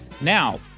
Now